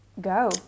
go